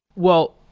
well,